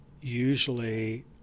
usually